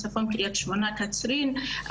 עד קריית שמונה וקצרין,